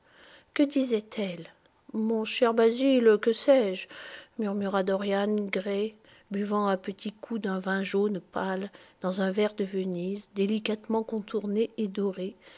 que disait-elle mon cher basil que sais-je murmura dorian gray buvant à petits coups d'un vin jaune pâle dans un verre de venise délicatement contourné et doré